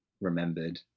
remembered